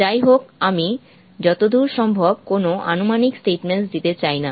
যাইহোক আমি যতদূর সম্ভব কোনও আনুমানিক স্টেটমেন্টস দিতে চাই না